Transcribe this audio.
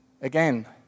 Again